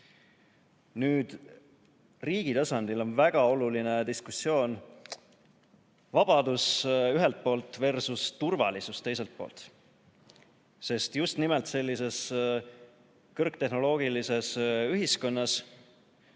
tasandil on väga oluline diskussioon: vabadus ühelt pooltversusturvalisus teiselt poolt. Sest just nimelt sellises kõrgtehnoloogilises ühiskonnas